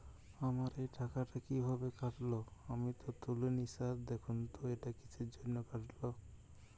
আমার এই টাকাটা কীভাবে কাটল আমি তো তুলিনি স্যার দেখুন তো এটা কিসের জন্য কাটল?